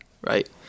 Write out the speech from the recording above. right